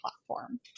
platform